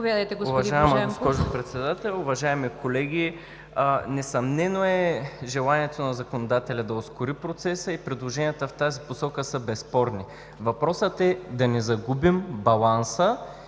Уважаема госпожо председател, уважаеми колеги! Несъмнено е желанието на законодателя да ускори процеса и предложенията в тази посока са безспорни. Въпросът е да не загубим баланса